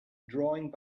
drawing